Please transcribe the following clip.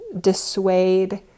dissuade